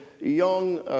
young